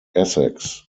essex